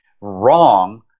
wrong